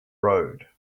road